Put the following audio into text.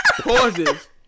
pauses